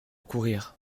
courrir